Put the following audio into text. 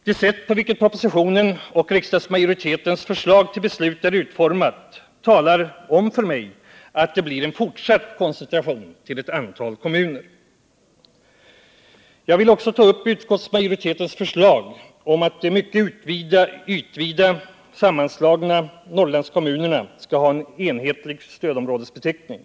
Det sätt på vilket propositionen och riksdagsmajoritetens förslag till beslut har utformats talar om för mig att det blir en fortsatt koncentration till ett antal kommuner. Jag vill också ta upp utskottsmajoritetens förslag om att de mycket ytvida sammanslagna Norrlandskommunerna skall ha en enhetlig stödområdesbeteckning.